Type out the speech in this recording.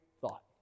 thought